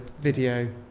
video